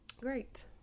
Great